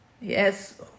Yes